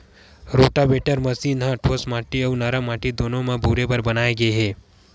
rotavator machine ह ठोस माटी अउ नरम माटी दूनो म बउरे बर बनाए गे हे